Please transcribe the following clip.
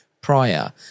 prior